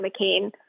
McCain